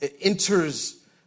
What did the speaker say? enters